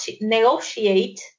negotiate